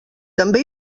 també